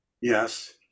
Yes